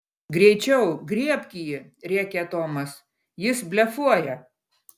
greičiau griebk jį rėkė tomas jis blefuoja